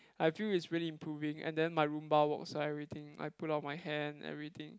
I feel it's really improving and then my rumba walks and everything I pull out my hand everything